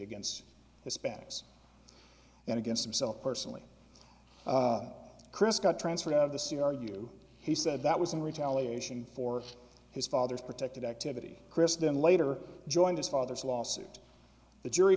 against hispanics and against himself personally chris got transferred out of the c r u he said that was in retaliation for his father's protected activity chris then later joined his father's lawsuit the jury